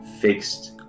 Fixed